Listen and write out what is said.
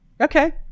okay